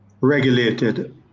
regulated